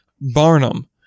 Barnum